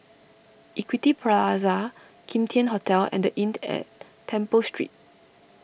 Equity Plaza Kim Tian Hotel and the Inn at Temple Street